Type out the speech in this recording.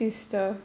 your twin sister